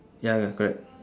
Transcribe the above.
ya ya correct